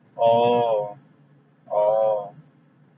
oh oh